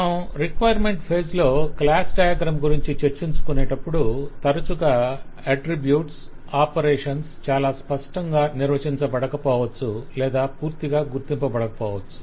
మనం requirements phase లో class diagram గురించి చర్చించుకొనేటప్పుడు తరచుగా అట్ట్రిబ్యూట్స్ ఆపరేషన్స్ చాలా స్పష్టంగా నిర్వచించబడకపోవచ్చు లేదా పూర్తిగా గుర్తింపబడకపోవచ్చు